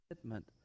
commitment